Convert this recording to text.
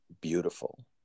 beautiful